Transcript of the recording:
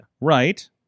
Right